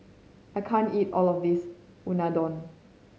I can't eat all of this Unadon